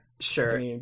Sure